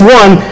one